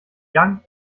young